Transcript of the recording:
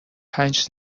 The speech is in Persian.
پنج